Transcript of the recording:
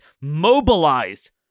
mobilize